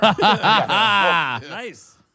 Nice